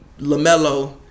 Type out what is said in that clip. Lamelo